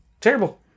Terrible